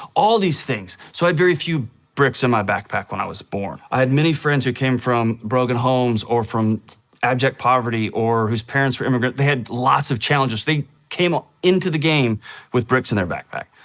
all these things. so i had very few bricks in my backpack when i was born. i had many friends who came from broken homes, or from abject poverty, or whose parents were immigrants. they had lots of challenges. they came ah into the game with bricks in their backpack.